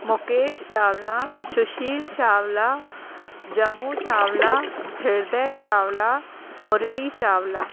Mukesh Chawla Sushil Chawla Jammu Chawla Hriday Chawla Murli Chawla